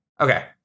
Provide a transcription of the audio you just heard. Okay